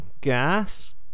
gas